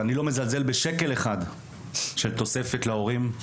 ואני לא מזלזל בשקל אחד של תוספת להורים,